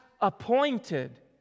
appointed